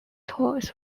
toys